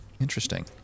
interesting